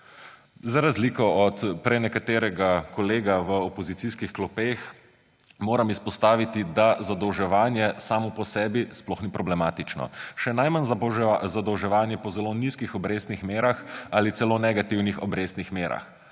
Za razliko od prenekaterega kolega v opozicijskih klopeh moram izpostaviti, da zadolževanje samo po sebi sploh ni problematično. Še najmanj zadolževanje po zelo nizkih obrestnih merah ali celo negativnih obrestnih merah.